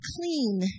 clean